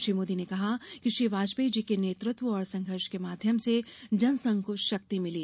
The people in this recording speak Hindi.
श्री मोदी ने कहा कि श्री वाजपेयी जी के नेतृत्व और संघर्षों के माध्यम से जनसंघ को शक्ति मिली